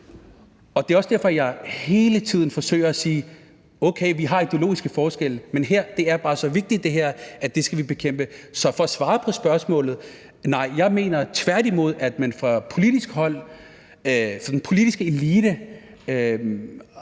Det er også derfor, jeg hele tiden forsøger at sige: Okay, der er ideologiske forskelle mellem os, men det her er det bare så vigtigt at bekæmpe. Så for at svare på spørgsmålet vil jeg sige: Nej, jeg mener tværtimod, at man fra politisk hold, fra den politiske elites